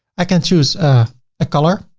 i can choose a color.